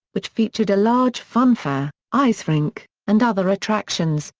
which featured a large funfair, ice rink, and other attractions,